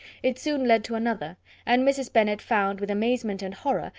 it soon led to another and mrs. bennet found, with amazement and horror,